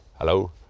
hello